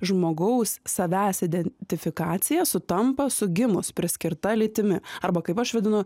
žmogaus savęs identifikacija sutampa su gimus priskirta lytimi arba kaip aš vadinu